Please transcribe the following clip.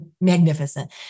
magnificent